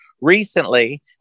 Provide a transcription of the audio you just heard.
recently